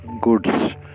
goods